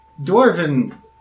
Dwarven